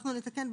אנחנו נתקן.